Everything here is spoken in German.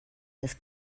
des